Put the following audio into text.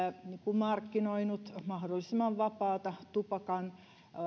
markkinoinut mahdollisimman vapaata tupakan